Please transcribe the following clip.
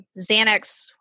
Xanax